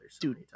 Dude